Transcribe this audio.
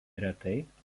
retai